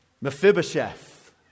Mephibosheth